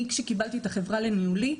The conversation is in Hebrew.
אני, כשקיבלתי את החברה לניהולי,